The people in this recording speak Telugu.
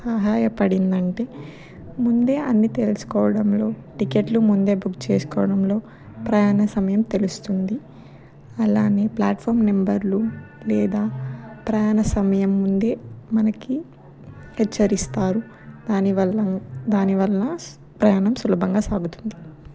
సహాయ పడిందంటే ముందే అన్ని తెలుసుకోవడంలో టికెట్లు ముందే బుక్ చేసుకోవడంలో ప్రయాణ సమయం తెలుస్తుంది అలానే ప్లాట్ఫామ్ నెంబర్లు లేదా ప్రయాణ సమయం ముందే మనకి హెచ్చరిస్తారు దానివల్ల దాని వల్ల ప్రయాణం సులభంగా సాగుతుంది